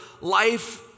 life